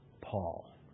Paul